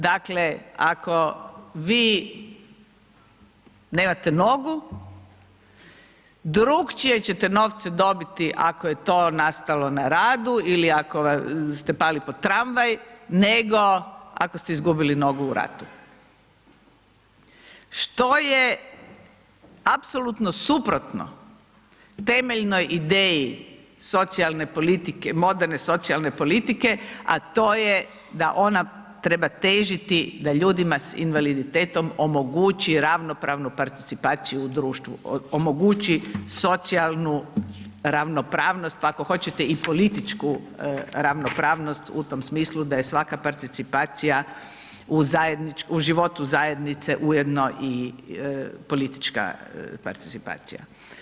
Dakle, ako vi nemate nogu, drugačije ćete novce dobiti ako je to nastalo na radu ili ako ste pali pod tramvaj, nego ako ste izgubili nogu u ratu, što je apsolutno suprotno temeljnoj ideji socijalne politike, moderne socijalne politike, a to je da ona treba težiti da ljudima s invaliditetom omogući ravnopravno participaciju u društvu, omogući socijalnu ravnopravnost, ako hoćete i političku ravnopravnost, u tom smislu, da je svaka participacija u životu zajednice ujedno i politička participacija.